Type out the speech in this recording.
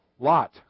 Lot